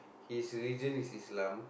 his religion is Islam